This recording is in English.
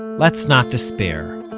let's not despair.